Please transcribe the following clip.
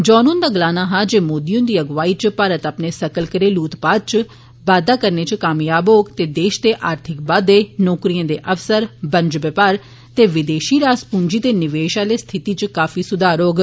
John हुन्दा गलाना हा जे मोदी हुन्दी अगुवाई च भारत अपने सकल घरेलू उत्पाद च बाद्दा करने च कामयाब होग ते देशै दे आर्थिक बाद्दे नौकरियें दे अवसर वन्ज बपार ते विदेशी रास पूंजी दे निवेश आह्ली स्थिति च काफी सुधार होग